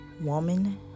woman